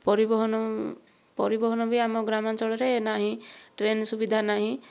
ପରିବହନ ପରିବହନ ବି ଆମ ଗ୍ରାମାଞ୍ଚଳରେ ନାହିଁ ଟ୍ରେନ୍ ସୁବିଧା ନାହିଁ